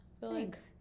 Thanks